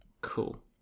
Cool